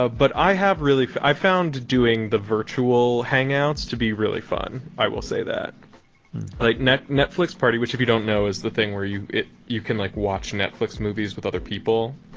ah but i have really i've found doing the virtual hangouts to be really fun. i will say that like next netflix party, which if you don't know, is the thing where you you can watch netflix movies with other people.